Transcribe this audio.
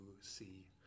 see